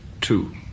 Two